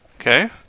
Okay